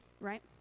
Right